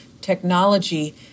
technology